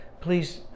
please